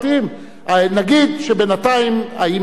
נגיד שבינתיים היינו נותנים היתר,